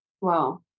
Wow